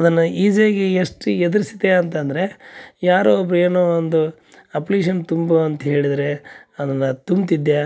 ಅದನ್ನು ಈಝಿಯಾಗಿ ಎಷ್ಟು ಎದುರಿಸಿದೆ ಅಂತಂದರೆ ಯಾರೊ ಒಬ್ರು ಏನೋ ಒಂದು ಅಪ್ಲಿಕೇಶನ್ ತುಂಬು ಅಂತ ಹೇಳಿದರೆ ಅದನ್ನು ತುಂಬ್ತಿದ್ದೆ